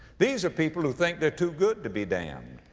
these are people who think they're too good to be damned.